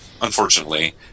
unfortunately